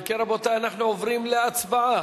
אם כן, רבותי, אנחנו עוברים להצבעה.